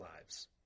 lives